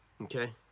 Okay